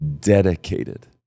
dedicated